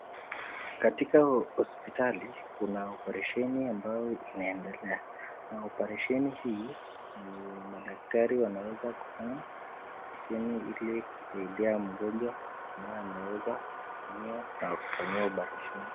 Katika hosipitali kuna operesheni ambayo inaendelea na oparesheni hii ni madaktari wanaweza kufanya oparesheni hili kusaidia mgonjwa ambaye ameweza kuuumia na kufanyiwa oparesheni.